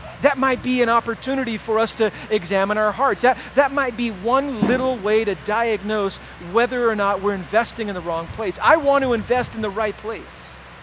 that might be an opportunity for us to examine our hearts. that that might be one little way to diagnose whether or not we're investing in the wrong place. i want to invest in the right place.